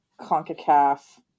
CONCACAF